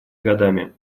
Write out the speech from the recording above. годами